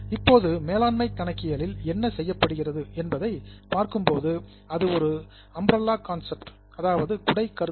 இப்போது மேலாண்மை கணக்கியலில் என்ன செய்யப்படுகிறது என்பதை பார்க்கும்போது அது ஒரு அம்பரல்லா கான்சப்ட் குடை கருத்து